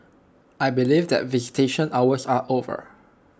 I believe that visitation hours are over